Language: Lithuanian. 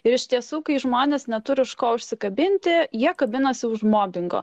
ir iš tiesų kai žmonės neturi už ko užsikabinti jie kabinasi už mobingo